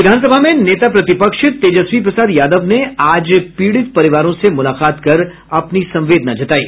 विधान सभा में नेता प्रतिपक्ष तेजस्वी प्रसाद यादव ने आज पीड़ित परिवारों से मुलाकात कर अपनी संवेदना जतायी